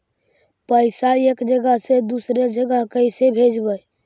पैसा एक जगह से दुसरे जगह कैसे भेजवय?